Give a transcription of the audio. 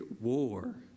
war